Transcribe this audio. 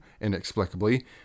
inexplicably